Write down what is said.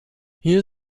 hier